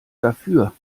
dafür